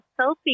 selfie